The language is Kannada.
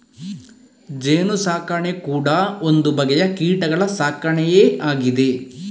ಜೇನು ಸಾಕಣೆ ಕೂಡಾ ಒಂದು ಬಗೆಯ ಕೀಟಗಳ ಸಾಕಣೆಯೇ ಆಗಿದೆ